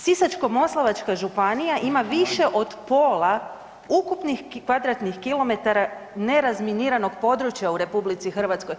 Sisačko-moslavačka županija ima više od pola ukupnih kvadratnih kilometara nerazminiranog područja u RH.